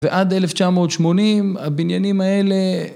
ועד 1980 הבניינים האלה